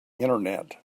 internet